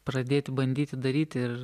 pradėti bandyti daryti ir